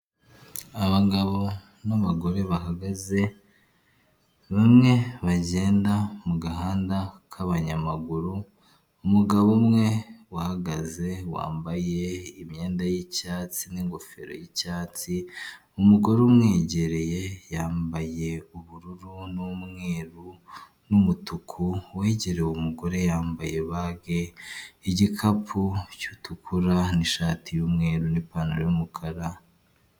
Abagabo n'abagore bahagaze bamwe bagenda mu gahanda k'abanyamaguru, umugabo umwe uhagaze wambaye imyenda y'icyatsi n'ingofero y'icyatsi, umugore umwegereye yambaye ubururu n'umweru n'umutuku, uwegereye umugore yambaye ibage igikapu gitukura nishati y'umweru n'ipantaro y'umukara.